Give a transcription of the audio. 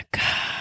god